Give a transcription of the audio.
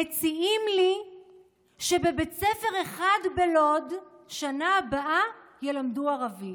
מציעים לי שבבית ספר אחד בלוד בשנה הבאה ילמדו ערבית.